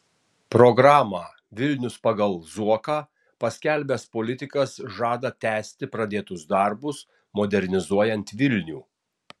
programą vilnius pagal zuoką paskelbęs politikas žada tęsti pradėtus darbus modernizuojant vilnių